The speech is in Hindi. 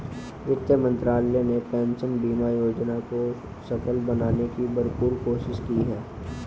वित्त मंत्रालय ने पेंशन बीमा योजना को सफल बनाने की भरपूर कोशिश की है